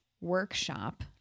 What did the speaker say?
workshop